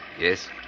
Yes